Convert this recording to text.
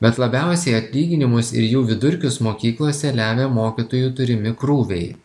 bet labiausiai atlyginimus ir jų vidurkius mokyklose lemia mokytojų turimi krūviai